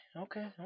okay